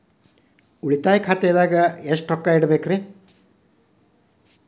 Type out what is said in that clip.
ಉಳಿತಾಯ ಖಾತೆದಾಗ ಎಷ್ಟ ರೊಕ್ಕ ಇಡಬೇಕ್ರಿ?